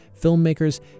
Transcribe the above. filmmakers